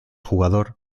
jugador